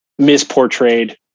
misportrayed